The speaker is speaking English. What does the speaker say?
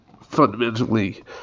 fundamentally